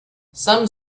some